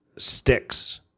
sticks